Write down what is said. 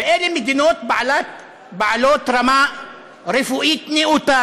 ואלה מדינות בעלות רמה רפואית נאותה,